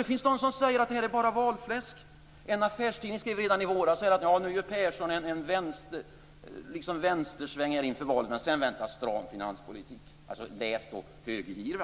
Det finns de som säger att detta bara är valfläsk. En affärstidning skrev redan i våras: Nu gör Persson en vänstersväng inför valet, men sedan väntar en stram finanspolitik, dvs. en högergir.